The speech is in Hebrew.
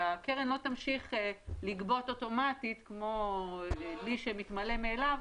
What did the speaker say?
שהקרן לא תמשיך לגבות אוטומטית כמו דלי שמתמלא מאליו.